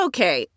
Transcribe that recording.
Okay